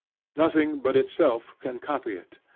nothing but itself can copy it.